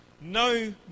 No